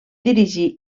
dirigir